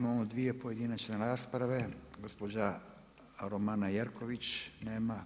Imamo dvije pojedinačne rasprave, gospođa Romana Jerković, nema.